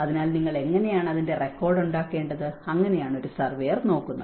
അതിനാൽ നിങ്ങൾ എങ്ങനെയാണ് അതിന്റെ റെക്കോർഡ് ഉണ്ടാക്കേണ്ടത് അങ്ങനെയാണ് ഒരു സർവേയർ നോക്കുന്നത്